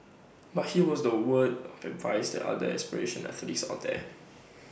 but he was the word of advice other aspirition athletes out there